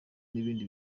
n’ibindi